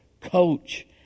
coach